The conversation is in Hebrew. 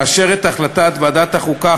לאשר את החלטת ועדת החוקה,